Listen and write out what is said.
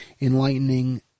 enlightening